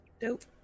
dope